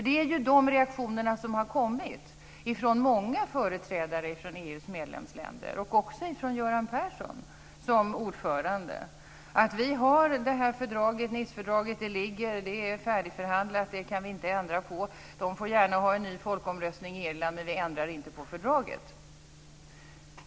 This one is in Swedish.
Det är ju sådana reaktioner som har kommit från många företrädare för EU:s medlemsländer, också från Göran Persson som ordförande, alltså: Vi har Nicefördraget. Det ligger där och är färdigförhandlat, och det kan vi inte ändra på. De får gärna ha en ny folkomröstning i Irland men vi ändrar inte på fördraget.